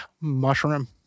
Mushroom